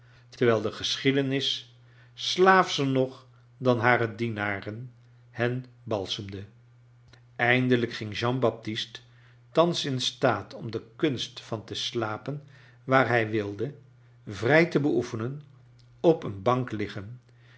terwijl de geschiedenis slaafscher nog dan hare dienaren hen balsemde eindelijk ging jean baptist thans in staat om de kunst van te slapen waar hij wilde vrij te bcoefenen op een bank liggen